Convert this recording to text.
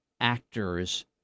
actors